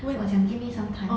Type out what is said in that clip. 我讲 give me some time